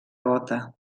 gotha